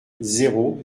zéro